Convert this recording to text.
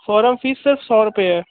forum fees सिर्फ सौ रुपये है